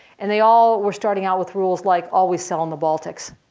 and they all were starting out with rules like, always sell in the baltics.